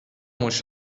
موش